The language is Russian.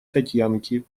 татьянки